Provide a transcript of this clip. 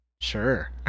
Sure